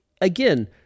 again